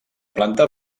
planta